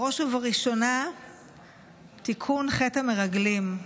בראש ובראשונה תיקון חטא המרגלים.